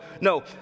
No